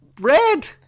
red